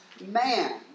man